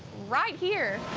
right here.